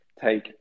take